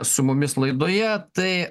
su mumis laidoje tai